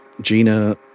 Gina